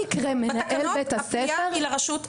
בתקנות הפנייה היא לרשות המקומית.